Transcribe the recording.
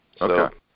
Okay